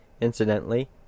Incidentally